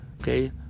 Okay